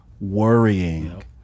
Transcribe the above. worrying